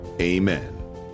Amen